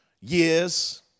years